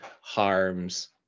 harms